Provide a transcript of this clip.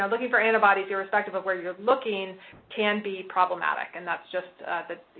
yeah looking for antibodies irrespective of where you're looking can be problematic. and that's just the,